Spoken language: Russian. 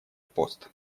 пост